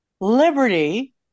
liberty